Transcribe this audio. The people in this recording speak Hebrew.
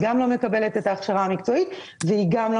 היא גם לא מקבלת את ההכשרה המקצועית והיא גם לא